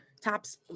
Tops